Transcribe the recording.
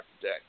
today